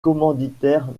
commanditaires